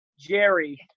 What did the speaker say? jerry